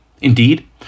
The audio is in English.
Indeed